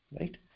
Right